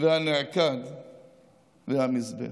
והנעקד והמזבח".